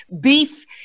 Beef